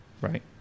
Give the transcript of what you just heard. right